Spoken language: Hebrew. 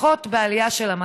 לפחות על פי